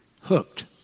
Hooked